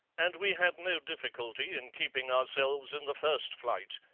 and we had no difficulty in keeping ourselves in the first flight,